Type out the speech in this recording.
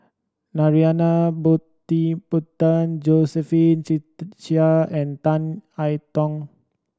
Narana Putumaippittan Josephine Chia and Tan I Tong